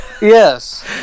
Yes